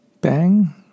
bang